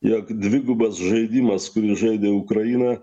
jog dvigubas žaidimas kurį žaidė ukraina